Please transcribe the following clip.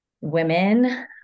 women